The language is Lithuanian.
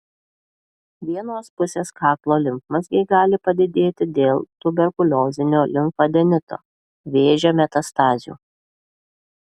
vienos pusės kaklo limfmazgiai gali padidėti dėl tuberkuliozinio limfadenito vėžio metastazių